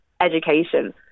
education